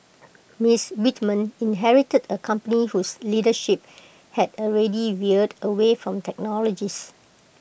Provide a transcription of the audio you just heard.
Mister Whitman inherited A company whose leadership had already veered away from technologists